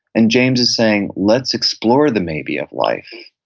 and james is saying, let's explore the maybe of life.